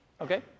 okay